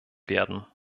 werden